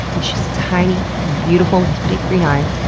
and she's tiny, and beautiful with big green eyes,